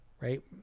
right